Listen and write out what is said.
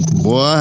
boy